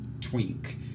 twink